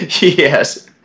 Yes